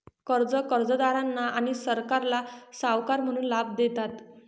कर्जे कर्जदारांना आणि सरकारला सावकार म्हणून लाभ देतात